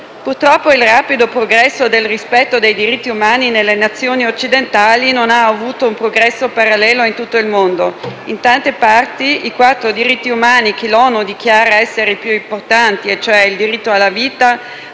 Purtroppo il rapido progresso del rispetto dei diritti umani nelle Nazioni occidentali non ha avuto un progresso parallelo in tutto il mondo. In tante parti, i quattro diritti umani che l'ONU dichiara essere i più importanti - ovvero i diritti alla vita,